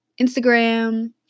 Instagram